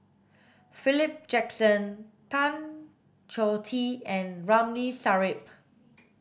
Philip Jackson Tan Choh Tee and Ramli Sarip